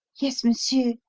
yes, monsieur.